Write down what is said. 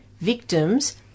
victims